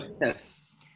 Yes